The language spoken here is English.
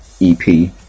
EP